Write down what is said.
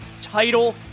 Title